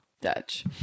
Dutch